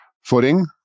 footing